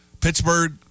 Pittsburgh